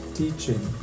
teaching